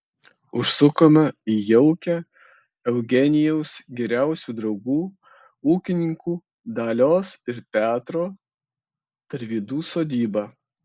užsukome į jaukią eugenijaus geriausių draugų ūkininkų dalios ir petro tarvydų sodybą